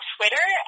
Twitter